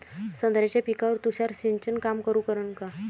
संत्र्याच्या पिकावर तुषार सिंचन काम करन का?